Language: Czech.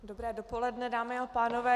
Dobré dopoledne, dámy a pánové.